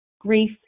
grief